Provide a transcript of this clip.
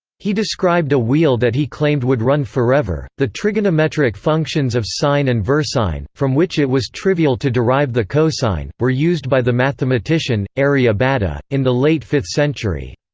he described a wheel that he claimed would run forever the trigonometric functions of sine and versine, from which it was trivial to derive the so cosine, were used by the mathematician, aryabhata, in the late fifth century.